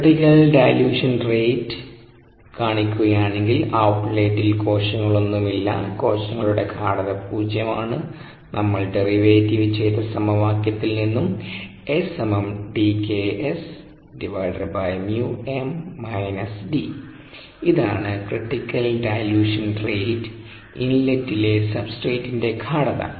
critical dilution റേറ്റ്ൽ കാണിക്കുകയാണെങ്കിൽ ഔട്ലേറ്റിൽ കോശങ്ങളൊന്നും ഇല്ല കോശങ്ങളുടെ ഗാഢത പൂജ്യമാണ് നമ്മൾ ഡെറിവേറ്റ് ചെയ്ത സമവാക്യത്തിൽ നിന്നും ഇതാണ് ക്രിട്ടികൽഡൈലൂഷൻ റേറ്റ് ഇൻലെറ്റിലെ സബ്സ്ട്രേറ്റിന്റെ ഗാഢത